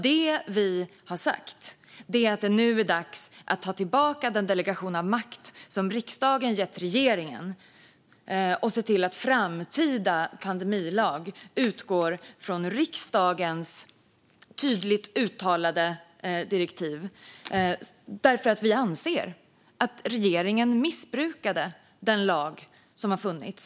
Det vi har sagt är att det nu är dags att ta tillbaka den delegation av makt som riksdagen har gett regeringen och se till att en framtida pandemilag utgår från riksdagens tydligt uttalade direktiv. Vi anser att regeringen har missbrukat den lag som har funnits.